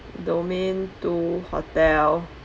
domain two hotel